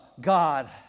god